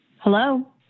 Hello